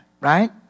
right